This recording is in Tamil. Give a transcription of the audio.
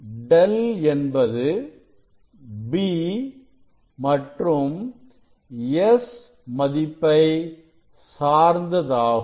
Δ என்பது b மற்றும் S மதிப்பை சார்ந்ததாகும்